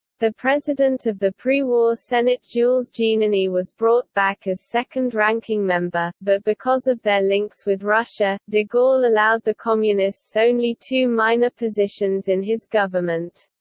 the president of the prewar senate jules jeanneney was brought back as second-ranking member, but because of their links with russia, de gaulle allowed the communists only two minor positions in his government.